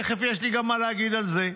תכף יש לי מה להגיד גם על זה.